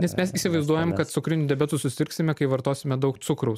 nes mes įsivaizduojam kad cukriniu diabetu susirgsime kai vartosime daug cukraus